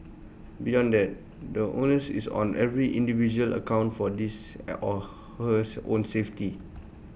beyond that the onus is on every individual account for this or her own safety